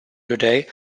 today